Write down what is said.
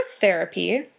therapy